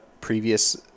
previous